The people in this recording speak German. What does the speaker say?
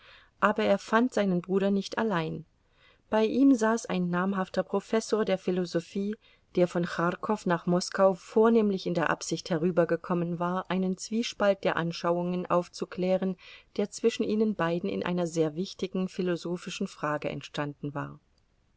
aber er fand seinen bruder nicht allein bei ihm saß ein namhafter professor der philosophie der von charkow nach moskau vornehmlich in der absicht herübergekommen war einen zwiespalt der anschauungen aufzuklären der zwischen ihnen beiden in einer sehr wichtigen philosophischen frage entstanden war